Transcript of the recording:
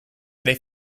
they